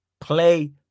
Play